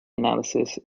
analysis